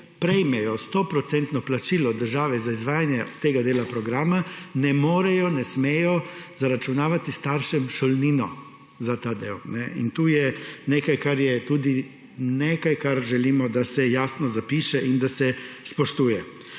prejmejo 100 % plačilo države za izvajanje tega dela programa, ne morejo, ne smejo zaračunavati staršem šolnine za ta del. To je nekaj, kar želimo, da se jasno zapiše in da se spoštuje.